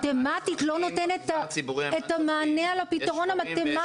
המתמטית לא נותנת את המענה לפתרון המתמטי.